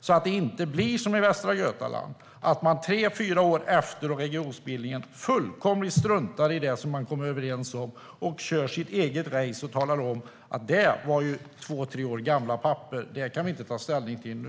Det får inte bli som i Västra Götaland att man tre fyra år efter regionsbildningen fullkomligt struntar i det som man kom överens om, kör sitt eget race och säger: Det är ju två tre år gamla papper - det kan vi inte ta ställning till nu.